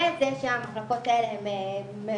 וזה שהמחלקות האלה הן מרוחקות,